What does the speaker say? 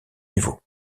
niveaux